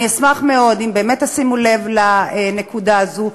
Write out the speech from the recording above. אני אשמח מאוד אם באמת תשימו לב לנקודה הזאת.